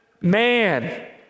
man